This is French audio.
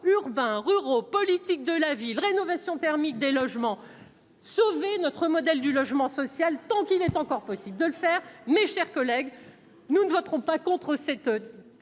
urbains, ruraux, politique de la ville, rénovation thermique des logements sauver notre modèle du logement social, tant qu'il est encore possible de le faire, mes chers collègues, nous ne voterons pas contre cette